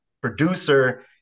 producer